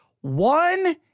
One